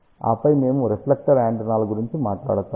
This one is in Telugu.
ఆపై మేము రిఫ్లెక్టర్ యాంటెన్నాల గురించి మాట్లాడతాము